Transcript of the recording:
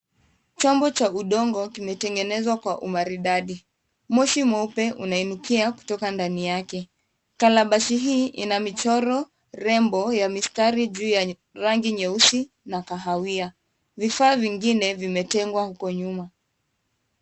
Chombo cha udongo kimetengenezwa kwa umaridadi. Moshi mweupe unainukia kutoka ndani yake. Kalabashi hii ina michoro rembo ya mistari juu ya rangi nyeusi na kahawia. Vifaa vingine vimetengwa huko nyuma.